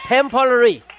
Temporary